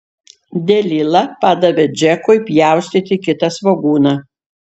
delila padavė džekui pjaustyti kitą svogūną